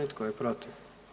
I tko je protiv?